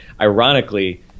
ironically